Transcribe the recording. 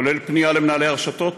כולל פנייה למנהלי הרשתות,